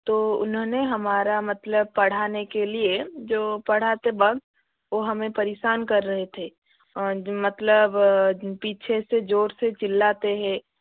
तो उन्होंने हमारा मतलब पढ़ाने के लिए जो पढ़ाते वक़्त वो हमें परेशान कर रहे थे मतलब पीछे से ज़ोर से चिल्लाते हैं